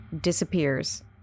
disappears